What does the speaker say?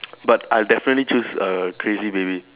but I'll definitely choose err crazy baby